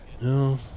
No